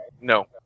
No